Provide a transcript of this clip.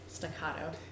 Staccato